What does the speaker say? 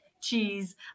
cheese